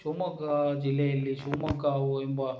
ಶಿವಮೊಗ್ಗ ಜಿಲ್ಲೆಯಲ್ಲಿ ಶಿವಮೊಗ್ಗಾವು ಎಂಬ